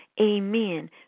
amen